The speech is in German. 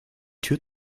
tür